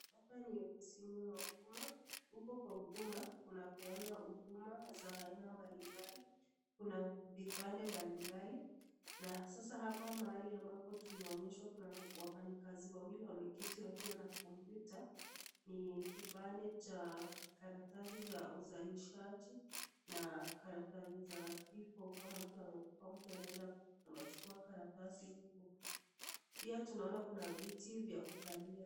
Hapa ni ofisini mwa huduma, huko kwa huduma kunapeanwa huduma za aina mbalimbali, kuna vipande mbalimbali ,na sasa hapa mahali ambapo tumeonyeshwa kuna wafanyikazi wawili wameketi wakiwa na kompyuta ,ni kipande cha karatasi za uzalishaji ,na karatasi za kifo. Kama mtu amekufa mtu anaenda anachukua karatasi huku .Pia tunaona kuna viti vya kukalia.